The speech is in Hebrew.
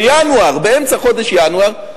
באמצע חודש ינואר,